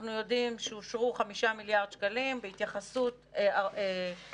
אנחנו יודעים שאושרו חמישה מיליארד שקלים בהתייחסות מ-18',